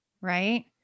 right